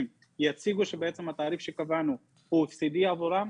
ויציגו שבעצם התעריף שקבענו הוא הפסדי עבורם,